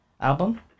album